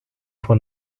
for